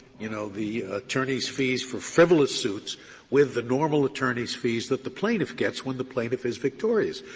you know, the attorney's fees for frivolous suits with the normal attorney's fees that the plaintiff gets when the plaintiff is victorious.